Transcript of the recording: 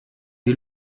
die